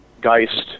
Geist